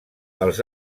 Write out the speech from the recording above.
els